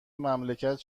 مملکت